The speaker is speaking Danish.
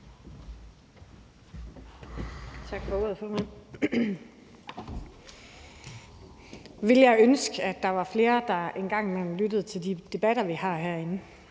ville jeg ønske, at der var flere, der en gang imellem lyttede til de debatter, vi har herinde.